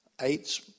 eight